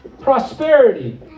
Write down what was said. prosperity